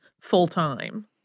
full-time